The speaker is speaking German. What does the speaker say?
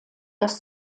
das